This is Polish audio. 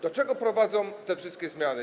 Do czego prowadzą te wszystkie zmiany?